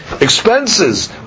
expenses